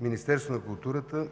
Министерството на културата